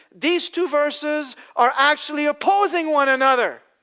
these two verses are actually opposing one another.